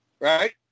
right